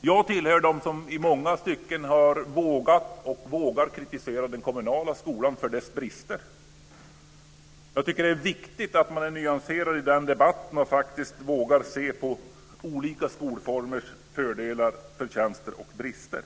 Jag tillhör dem som har vågat och vågar kritisera den kommunala skolan för dess brister. Det är viktigt att vara nyanserad i den debatten och våga se på olika skolformers fördelar, förtjänster och brister.